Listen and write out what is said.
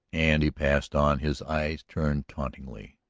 and he passed on, his eyes turned tauntingly.